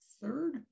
third